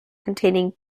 containing